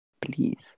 Please